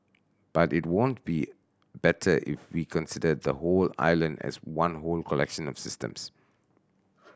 but it won't be better if we consider the whole island as one whole collection of systems